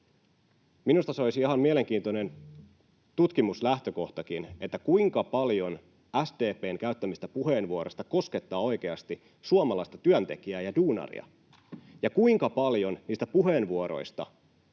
Minusta se olisi ihan mielenkiintoinen tutkimuslähtökohtakin, kuinka paljon SDP:n käyttämistä puheenvuoroista koskettaa oikeasti suomalaista työntekijää ja duunaria ja kuinka paljon niistä puheenvuoroista